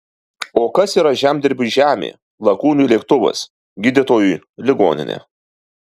o kas yra žemdirbiui žemė lakūnui lėktuvas gydytojui ligoninė